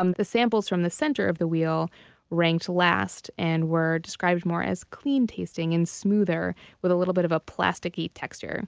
um the samples from the center of the wheel ranked last and were described more as clean-tasting and smoother with a little bit of a plastic-y texture